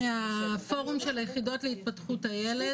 מהפורום של היחידות להתפתחות הילד,